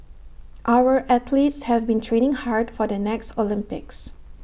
our athletes have been training hard for the next Olympics